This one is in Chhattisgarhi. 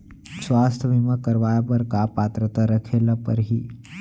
स्वास्थ्य बीमा करवाय बर का पात्रता रखे ल परही?